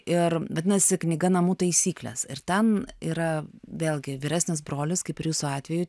ir vadinasi knyga namų taisyklės ir ten yra vėlgi vyresnis brolis kaip ir jūsų atveju